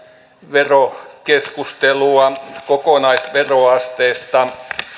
verokeskustelua kokonaisveroasteesta